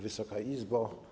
Wysoka Izbo!